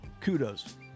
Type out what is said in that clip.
kudos